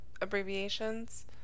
abbreviations